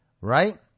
right